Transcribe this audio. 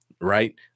Right